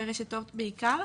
ברשת אורט בעיקר.